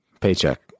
Paycheck